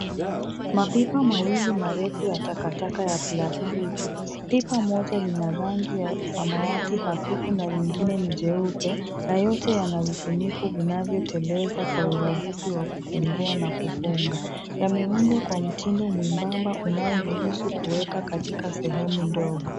Mapipa mawili marefu ya takataka ya plastiki, pipa moja lina rangi ya samawati hafifu na lingine ni jeupe, na yote yana vifuniko vinavyoteleza kwa urahisi wa kufungua na kufunga, yameundwa kwa mtindo mwembamba unaoruhusu kuweka katika sehemu ndogo.